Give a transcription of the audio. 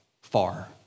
far